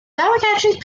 democratic